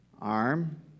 arm